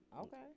Okay